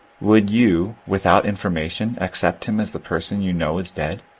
would you, without information, accept him as the person you know is dead?